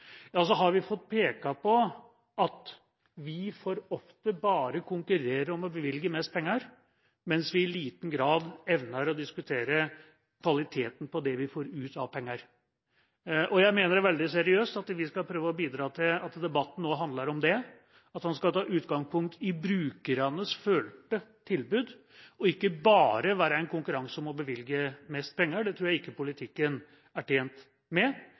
at vi for ofte bare konkurrerer om å bevilge mest penger, mens vi i liten grad evner å diskutere kvaliteten på det vi får ut av penger. Jeg mener det veldig seriøst at vi skal prøve å bidra til at debatten skal handle om det, at den skal ta utgangspunkt i brukernes følte tilbud og ikke bare være en konkurranse om å bevilge mest penger. Det tror jeg heller ikke politikken er tjent med